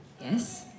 Yes